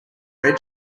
red